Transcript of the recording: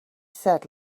said